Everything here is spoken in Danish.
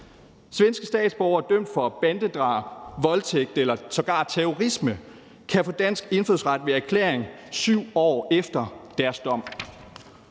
Svenske statsborgere dømt for bandedrab, voldtægt eller sågar terrorisme kan få dansk indfødsret ved erklæring 7 år efter deres dom.